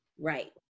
Right